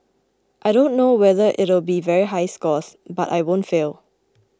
I don't know whether it'll be very high scores but I won't fail